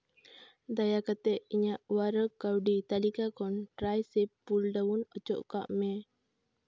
ᱫᱟᱭᱟ ᱠᱟᱛᱮᱫ ᱤᱧᱟᱹᱜ ᱳᱣᱟᱨᱚᱠ ᱠᱟᱹᱣᱰᱤ ᱛᱟᱹᱞᱤᱠᱟ ᱠᱷᱚᱱ ᱴᱨᱟᱭ ᱥᱮᱵᱷ ᱯᱩᱞ ᱰᱟᱣᱩᱱ ᱚᱪᱚᱜ ᱠᱟᱜ ᱢᱮ